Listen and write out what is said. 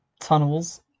tunnels